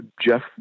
Jeff